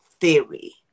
theory